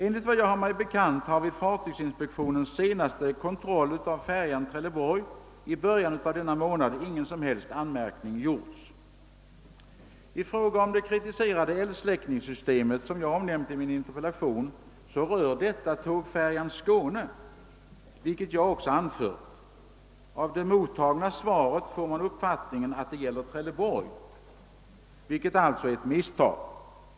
Enligt vad jag har mig bekant har vid fartygsinspektionens senaste kontroll av färjan Trelleborg i början av denna månad ingen som helst anmärkning gjorts. I fråga om det kritiserade eldsläckningssystemet, som jag omnämnt i min interpellation, kan sägas att detta rör tågfärjan Skåne, vilket jag också anfört. Av det mottagna svaret får man uppfattningen att det gäller Trelleborg, vilket alltså är ett misstag.